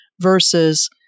versus